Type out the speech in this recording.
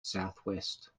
southwest